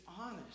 honest